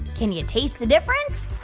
can you taste the difference?